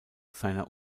seiner